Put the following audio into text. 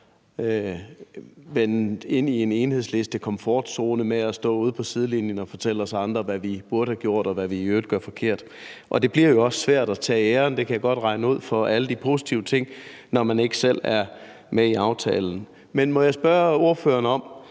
her med en Enhedslistekomfortzone, hvor man står ude på sidelinjen og fortæller os andre, hvad vi burde have gjort, og hvad vi i øvrigt gør forkert. Og det bliver jo også svært – det kan jeg godt regne ud – at tage æren for alle de positive ting, når man ikke selv er med i aftalen. Men må jeg spørge ordføreren: